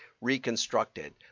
reconstructed